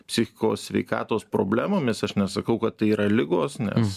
psichikos sveikatos problemomis aš nesakau kad tai yra ligos nes